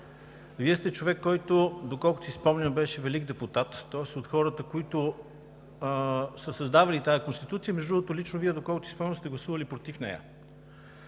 Вие сте човек, който, доколкото си спомням, беше велик депутат, тоест от хората, които са създавали тази Конституция. Между другото лично Вие, доколкото си спомням, сте гласували против нея.